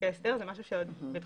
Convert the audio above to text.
כהסדר אלא זה משהו שהוא עוד בבחינה.